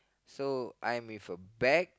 so I'm with a bag